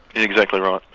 and exactly right.